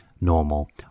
normal